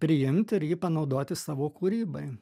priimt ir jį panaudoti savo kūrybai